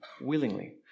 willingly